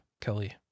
Kelly